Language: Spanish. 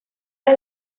las